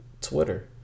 twitter